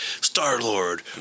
Star-Lord